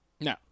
No